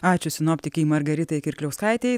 ačiū sinoptikei margaritai kirkliauskaitei